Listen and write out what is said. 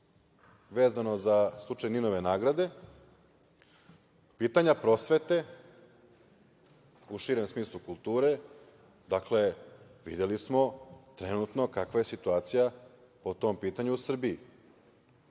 vezano za slučaj NIN-ove nagrade, pitanja prosvete, u širem smislu kulture. Dakle, videli smo trenutno kakva je situacija po tom pitanju u Srbiji. Ona